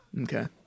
Okay